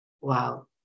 Wow